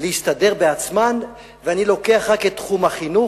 להסתדר בעצמן, ואני לוקח רק את תחום החינוך.